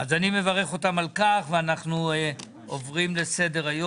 אז אני מברך אותם על כך ואנחנו עוברים לסדר-היום.